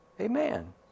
Amen